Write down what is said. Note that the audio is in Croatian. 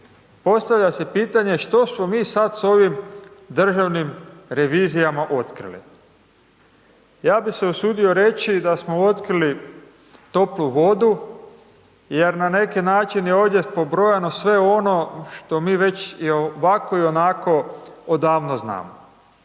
postavlja se pitanje, što smo mi sad s ovim državnim revizijama otkrili? Ja bih se usudio reći da smo otkrili toplu vodu jer na neki način je ovdje pobrojano sve ono što mi već i ovako i onako odavno znamo.